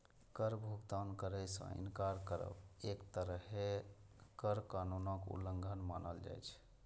कर भुगतान करै सं इनकार करब एक तरहें कर कानूनक उल्लंघन मानल जाइ छै